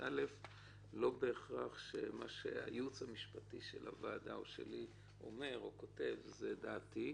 לא בהכרח שמה שהייעוץ המשפטי של הוועדה או שלי אומר או כותב זה דעתי.